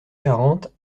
quarante